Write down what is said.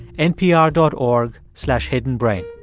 npr dot org slash hiddenbrain.